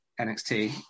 NXT